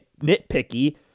nitpicky